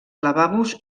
lavabos